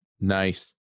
Nice